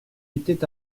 était